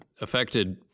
affected